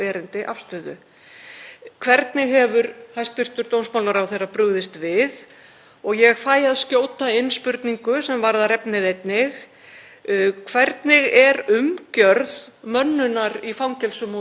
Hvernig er umgjörð mönnunar í fangelsum á Íslandi? Gilda um hana reglur? Eru þær festar í reglugerðum eða með öðrum hætti í ráðuneytinu?